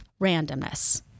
randomness